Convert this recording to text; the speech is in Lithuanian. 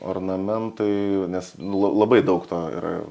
ornamentai nes la labai daug to yra